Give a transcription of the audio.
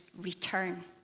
return